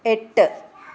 എട്ട്